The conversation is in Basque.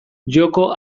joko